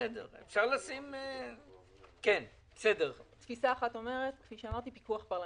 כפי שאמרתי, תפיסה אחת אומרת פיקוח פרלמנטרי.